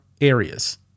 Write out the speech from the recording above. areas